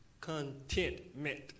Contentment